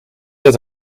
dat